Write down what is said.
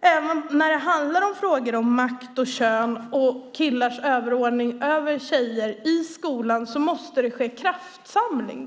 det även när det handlar om frågor om makt och kön och killars överordning över tjejer i skolan måste ske en kraftsamling.